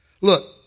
Look